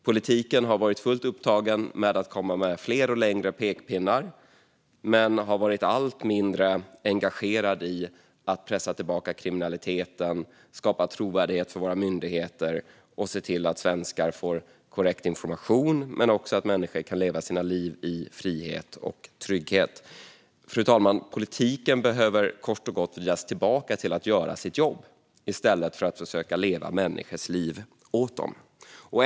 Politiken har varit fullt upptagen med att komma med fler och längre pekpinnar men allt mindre engagerad i att pressa tillbaka kriminaliteten, skapa trovärdighet bland våra myndigheter och se till att svenskar får korrekt information - liksom att människor kan leva sina liv i frihet och trygghet. Politiken behöver kort och gott vridas tillbaka till att göra sitt jobb i stället för att försöka leva människors liv åt dem, fru talman.